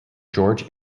george